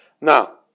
now